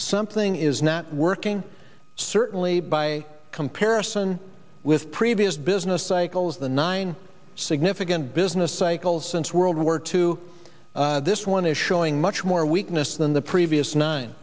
something is not working certainly by comparison with previous business cycles the nine significant business cycles since world war two this one is showing much more weakness than the previous nine